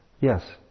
Yes